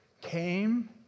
came